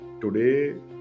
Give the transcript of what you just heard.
Today